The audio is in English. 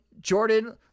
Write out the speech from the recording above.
Jordan